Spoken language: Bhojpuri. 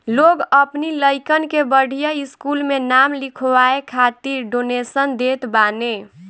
लोग अपनी लइकन के बढ़िया स्कूल में नाम लिखवाए खातिर डोनेशन देत बाने